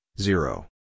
zero